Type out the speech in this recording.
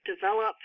develop